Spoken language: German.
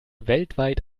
weltweit